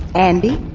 andi,